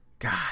God